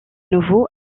nouveau